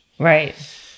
right